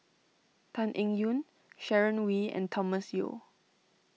Tan Eng Yoon Sharon Wee and Thomas Yeo